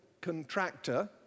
contractor